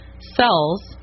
cells